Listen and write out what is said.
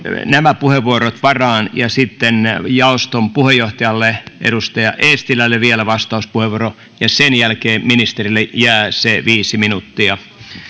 nämä puheenvuorot varaan ja sitten jaoston puheenjohtajalle edustaja eestilälle vielä vastauspuheenvuoro sen jälkeen ministerille jää se viisi minuuttia